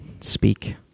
speak